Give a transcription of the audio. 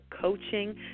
coaching